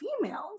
females